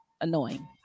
annoying